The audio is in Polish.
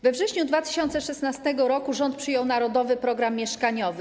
We wrześniu 2016 r. rząd przyjął Narodowy Program Mieszkaniowy.